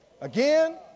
again